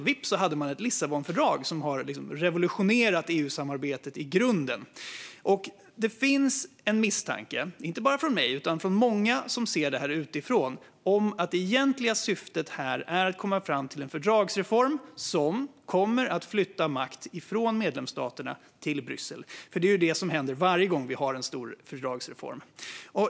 Vips hade man ett Lissabonfördrag som har revolutionerat EU-samarbetet i grunden. Det finns en misstanke inte bara från mig utan från många som ser det här utifrån om att det egentliga syftet här är att komma fram till en fördragsreform som kommer att flytta makt från medlemsstaterna till Bryssel. Det är vad som händer varje gång vi har en stor fördragsreform.